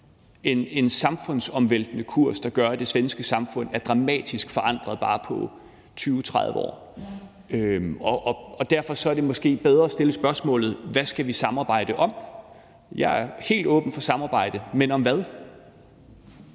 en samfundsomvæltende kurs, der gør, at det svenske samfund er dramatisk forandret på bare 20-30 år. Derfor er det måske bedre at stille spørgsmålet: Hvad skal vi samarbejde om? Jeg er helt åben for samarbejde, men om hvad?